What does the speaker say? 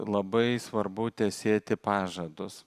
labai svarbu tesėti pažadus